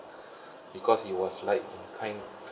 because it was like kind